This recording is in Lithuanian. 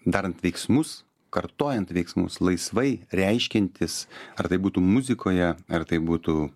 darant veiksmus kartojant veiksmus laisvai reiškiantis ar tai būtų muzikoje ar tai būtų